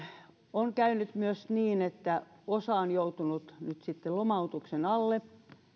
on käynyt myös niin että osa on joutunut nyt sitten lomautuksen alle